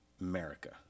America